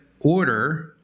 order